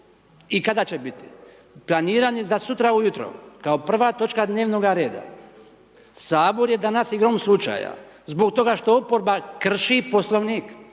i kada će biti. Planiran je za sutra ujutro kao prva točka dnevnoga reda. Sabor je danas igrom slučaja zbog toga što oporba krši Poslovnik